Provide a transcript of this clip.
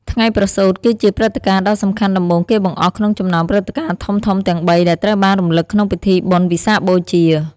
ថ្ងៃប្រសូត គឺជាព្រឹត្តិការណ៍ដ៏សំខាន់ដំបូងគេបង្អស់ក្នុងចំណោមព្រឹត្តិការណ៍ធំៗទាំងបីដែលត្រូវបានរំលឹកក្នុងពិធីបុណ្យវិសាខបូជា។